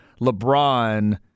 LeBron